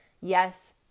Yes